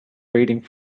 waiting